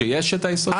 כשיש את היסוד נפשי.